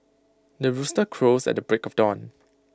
the rooster crows at the break of dawn